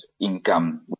income